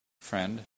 friend